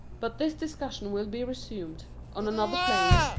but this discussion will be resumed, on another plane,